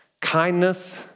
kindness